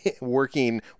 working